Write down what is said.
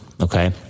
Okay